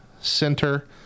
center